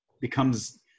becomes